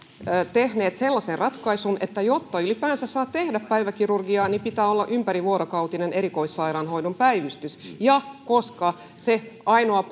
tehneet sellaisen ratkaisun että jotta ylipäänsä saa tehdä päiväkirurgiaa niin pitää olla ympärivuorokautinen erikoissairaanhoidon päivystys ja koska se ainoa